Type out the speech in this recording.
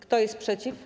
Kto jest przeciw?